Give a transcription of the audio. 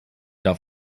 darf